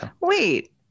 Wait